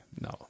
No